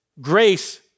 grace